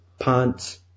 Pants